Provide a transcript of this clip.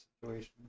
situation